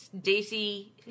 Daisy